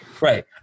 Right